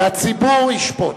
והציבור ישפוט.